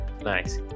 Nice